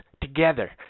Together